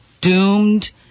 doomed